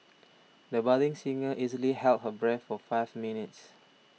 the budding singer easily held her breath for five minutes